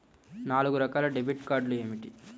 నాలుగు రకాల డెబిట్ కార్డులు ఏమిటి?